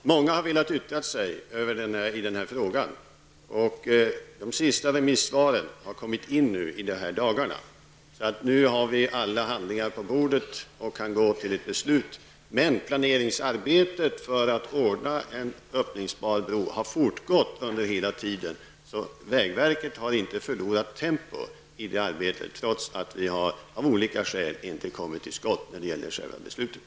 Många har velat yttra sig i den här frågan. De sista remissvaren har kommit in i dagarna, så nu har vi alla handlingar på bordet och kan gå till ett beslut. Men planeringsarbetet för att ordna en öppningsbar bro har fortgått under hela tiden. Vägverket har alltså inte förlorat tempo trots att vi av olika skäl inte kommit till skott när det gäller själva beslutet.